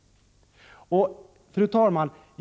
Fru talman!